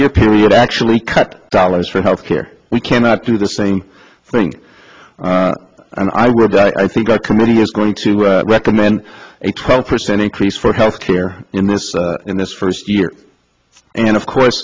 year period actually cut dollars for health care we cannot do the same thing and i regret i think our committee is going to recommend a twelve percent increase for health care in this in this first year and of course